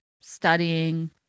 studying